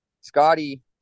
Scotty